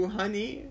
honey